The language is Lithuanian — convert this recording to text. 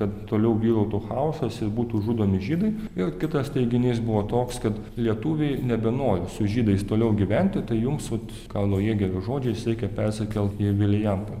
kad toliau vyrautų chaosas ir būtų žudomi žydai ir kitas teiginys buvo toks kad lietuviai nebenori su žydais toliau gyventi tai jums vat karlo jėgerio žodžiais reikia persikelt į vilijampolę